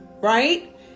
right